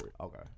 Okay